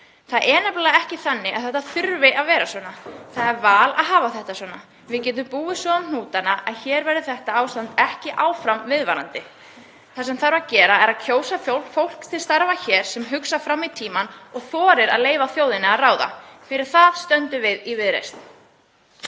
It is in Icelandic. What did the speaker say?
Það er nefnilega ekki þannig að þetta þurfi að vera svona, það er val að hafa þetta svona. Við getum búið svo um hnútana að hér verði þetta ástand ekki áfram viðvarandi. Það sem þarf að gera er að kjósa fólk til starfa hér sem hugsar fram í tímann og þorir að leyfa þjóðinni að ráða. Fyrir það stöndum við í Viðreisn.